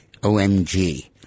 OMG